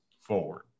forward